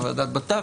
בוועדת הבט"פ.